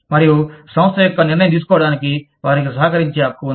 మరియు సంస్థ యొక్క నిర్ణయం తీసుకోవటానికి వారికి సహకరించే హక్కు ఉంది